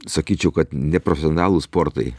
sakyčiau kad neprofesionalūs sportai